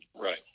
Right